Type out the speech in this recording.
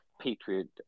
Patriot